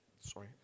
Sorry